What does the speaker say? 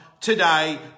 today